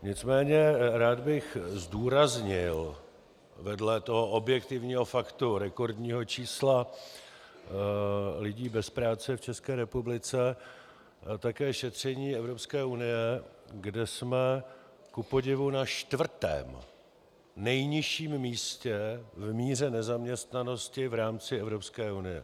Nicméně bych rád zdůraznil vedle toho objektivního faktu rekordního čísla lidí bez práce v České republice také šetření Evropské unie, kde jsme kupodivu na čtvrtém nejnižším místě v míře nezaměstnanosti v rámci Evropské unie.